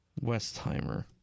Westheimer